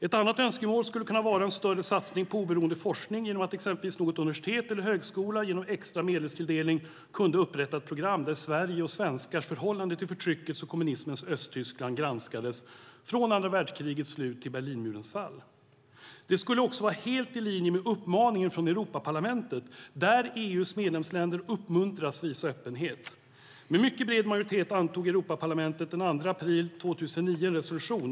Ett annat önskemål skulle kunna vara en större satsning på oberoende forskning genom att exempelvis något universitet eller högskola genom en extra medelstilldelning kunde upprätta ett program där Sveriges och svenskars förhållande till förtryckets och kommunismens Östtyskland granskades, från andra världskrigets slut till Berlinmurens fall. Det skulle också vara helt i linje med uppmaningen från Europaparlamentet där EU:s medlemsländer uppmuntras visa öppenhet. Med mycket bred majoritet antog Europaparlamentet den 2 april 2009 en resolution.